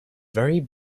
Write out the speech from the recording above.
very